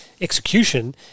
execution